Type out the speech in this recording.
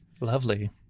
Lovely